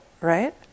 right